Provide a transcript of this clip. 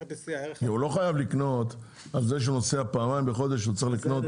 הוא לא חייב לקנות על זה שהוא נוסע פעמיים בחודש הוא צריך לקנות.